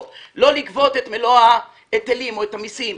או לא לגבות את מלוא ההיטלים והמיסים,